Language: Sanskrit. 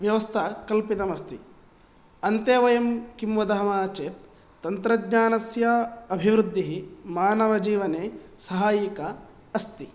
व्यवस्था कल्पितमस्ति अन्ते वयं किं वदामः चेत् तन्त्रज्ञानस्य अभिवृद्धि मानवजीवने सहाय्यिका अस्ति